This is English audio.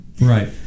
Right